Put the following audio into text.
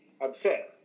upset